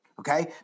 Okay